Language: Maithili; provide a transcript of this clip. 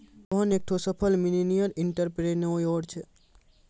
रोहन एकठो सफल मिलेनियल एंटरप्रेन्योर छै